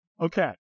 Okay